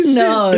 no